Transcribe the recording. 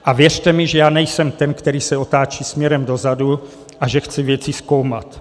A věřte mi, že já nejsem ten, který se otáčí směrem dozadu, a že chce věci zkoumat.